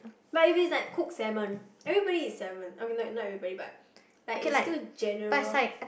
but if it's like cooked salmon everybody eats salmon okay not not everybody but like it's still general